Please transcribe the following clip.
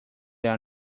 are